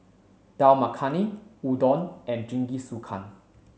Dal Makhani Udon and Jingisukan